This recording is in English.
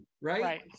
Right